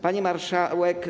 Pani Marszałek!